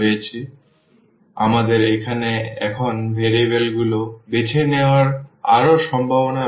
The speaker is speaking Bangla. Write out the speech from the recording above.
সুতরাং আমাদের এখানে এখন ভেরিয়েবল গুলো বেছে নেওয়ার আরও সম্ভাবনা রয়েছে